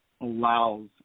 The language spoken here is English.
allows